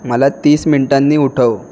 मला तीस मिनटांनी उठव